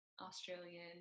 Australian